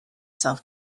self